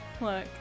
look